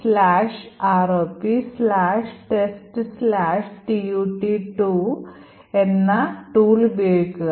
ROPtesttut2 എന്ന ഉപകരണം ഉപയോഗിക്കുക